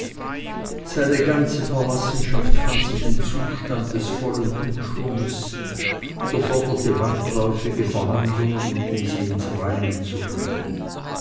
seine ganze verlassenschaft befand sich im zustande des vollen umschwunges und erforderte weitläufige verhandlungen um sie ins reine zu bringen